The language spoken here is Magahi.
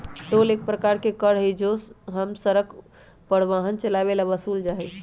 टोल एक प्रकार के कर हई जो हम सड़क पर वाहन चलावे ला वसूलल जाहई